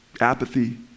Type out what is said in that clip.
apathy